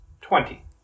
Twenty